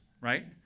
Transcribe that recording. right